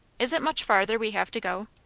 is it much farther we have to go?